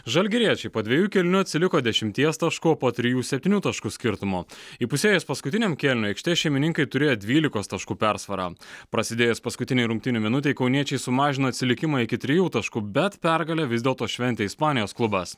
žalgiriečiai po dviejų kėlinių atsiliko dešimties taškų o po trijų septynių taškų skirtumu įpusėjus paskutiniam kėliniui aikštės šeimininkai turėjo dvylikos taškų persvarą prasidėjus paskutinei rungtynių minutei kauniečiai sumažino atsilikimą iki trijų taškų bet pergalę vis dėlto šventė ispanijos klubas